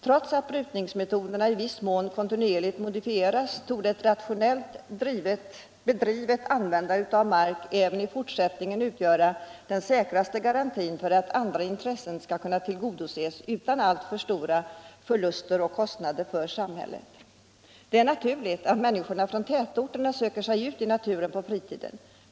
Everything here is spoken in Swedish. Trots att brukningsmetoderna i viss mån kontinuerligt förändras torde ett rationellt användande av mark även i fortsättningen utgöra den säkraste garantin för att andra intressen skall kunna tillgodoses och detta utan alltför stora förluster och kostnader för samhället. Det är naturligt att människorna från tätorterna söker sig ut i naturen på fritiden.